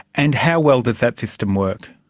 and how well does that system works?